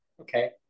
Okay